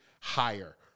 higher